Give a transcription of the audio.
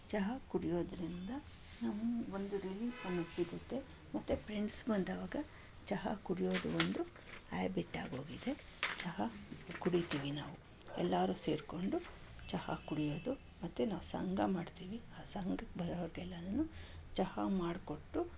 ಚಹಾ ಕುಡಿಯೋದರಿಂದ ನಮ್ಗೆ ಒಂದು ರಿಲೀಫ್ ಅನ್ನೋದು ಸಿಗುತ್ತೆ ಮತ್ತೆ ಪ್ರೆಂಡ್ಸ್ ಬಂದಾಗ ಚಹಾ ಕುಡಿಯೋದು ಒಂದು ಹ್ಯಾಬಿಟ್ಟಾಗೋಗಿದೆ ಚಹಾ ಕುಡಿತೀವಿ ನಾವು ಎಲ್ಲರೂ ಸೇರಿಕೊಂಡು ಚಹಾ ಕುಡಿಯೋದು ಮತ್ತೆ ನಾವು ಸಂಘ ಮಾಡ್ತೀವಿ ಆ ಸಂಘಕ್ಕೆ ಬರೋರ್ಗೆಲ್ಲನೂ ಚಹಾ ಮಾಡಿಕೊಟ್ಟು